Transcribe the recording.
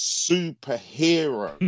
superhero